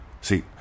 see